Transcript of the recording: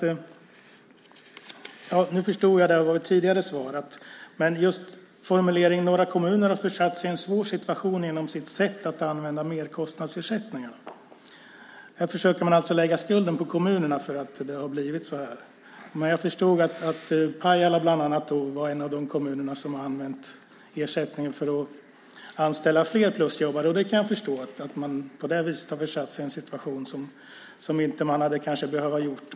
"Några kommuner har satt sig i en svår situation genom sitt sätt att använda merkostnadsersättningarna", skriver statsrådet och försöker lägga skulden för att det har blivit så här på kommunerna. Jag har förstått att Pajala är en av de kommuner som har använt ersättningen för att anställa fler plusjobbare. På det viset har man försatt sig i en situation som man kanske inte hade behövt hamna i.